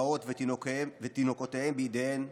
אימהות ותינוקותיהן בידיהן,